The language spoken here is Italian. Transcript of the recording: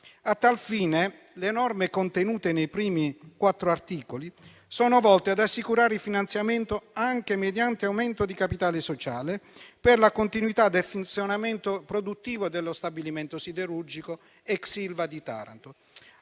A tal fine, le norme contenute nei primi quattro articoli sono volte ad assicurare il finanziamento, anche mediante aumento di capitale sociale, per la continuità del funzionamento produttivo dello stabilimento siderurgico ex Ilva di Taranto,